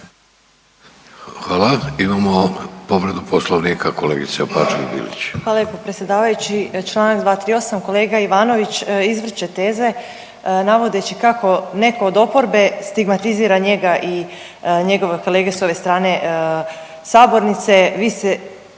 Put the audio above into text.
Hvala. Imamo povredu Poslovnika, kolegica Opačak Bilić. **Opačak Bilić, Marina (Nezavisni)** Hvala lijepo predsjedavajući. Čl. 238, kolega Ivanović izvrće teze navodeći kako netko od oporbe stigmatizira njega i njegove kolege s ove strane sabornice.